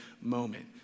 moment